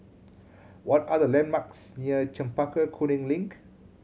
what are the landmarks near Chempaka Kuning Link